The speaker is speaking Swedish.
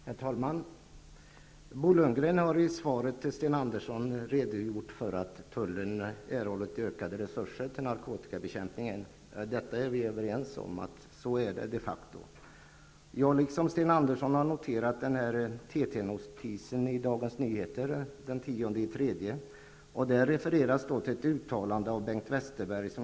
Herr talman! Bo Lundgren har i svaret till Sten Andersson redogjort för att tullen erhållit ökade resurser till narkotikabekämpningen. Vi är överens om att det de facto förhåller sig så. Jag har liksom Sten Andersson noterat TT-notisen i Dagens Nyheter från den 10 mars. Där refereras till ett uttalande av Bengt Westerberg.